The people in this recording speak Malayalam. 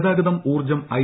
ഗതാഗതം ഊർജ്ജം ഐ